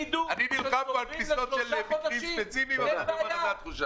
אני נלחם בטיסות של מקרים ספציפיים ואומר לך שזו התחושה.